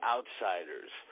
Outsiders